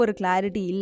clarity